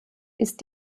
ist